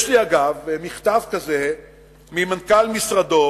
יש לי, אגב, מכתב כזה ממנכ"ל משרדו